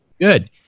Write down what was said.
Good